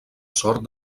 sort